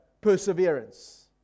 Perseverance